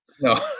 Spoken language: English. No